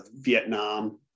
Vietnam